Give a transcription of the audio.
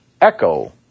Echo